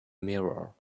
mirror